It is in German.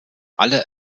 alle